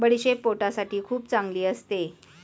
बडीशेप पोटासाठी खूप चांगली असते